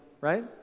right